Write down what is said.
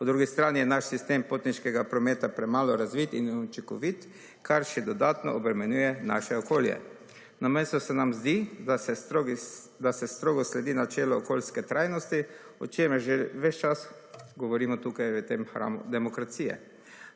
Po drugi strani je naš sistem potniškega prometa premalo razvit in učinkovit, kar še dodatno obremenjuje naše okolje. / nerazumljivo/ se nam zdi, da se strogo sledi načelu okoljske trajnosti, o čemer že ves čas govorimo tukaj v tem hramu demokracije.